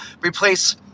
replace